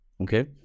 Okay